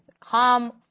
come